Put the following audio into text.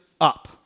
up